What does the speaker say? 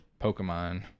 Pokemon